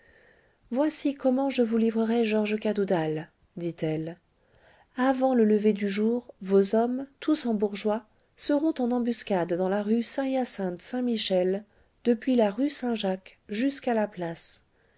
voici comment je vous livrerai georges cadoudal dit-elle avant le lever du jour vos hommes tous en bourgeois seront en embuscade dans la rue saint hyacinthe saint michel depuis la rue saint-jacques jusqu'à la place